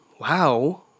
wow